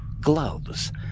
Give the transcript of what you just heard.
gloves